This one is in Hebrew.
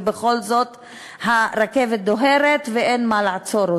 ובכל זאת הרכבת דוהרת ואין דרך לעצור אותה.